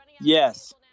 Yes